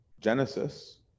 Genesis